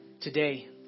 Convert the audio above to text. today